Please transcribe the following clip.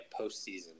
postseason